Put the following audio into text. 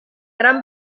gran